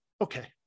okay